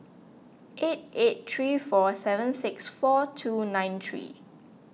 eight eight three four seven six four two nine three